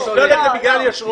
שוללים.